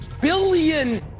billion